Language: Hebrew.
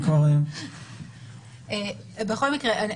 אורית גן מור היא נציגת המז"פ.